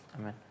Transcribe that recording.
Amen